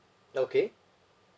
okay